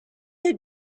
had